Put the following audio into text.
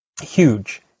Huge